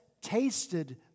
Tasted